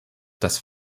das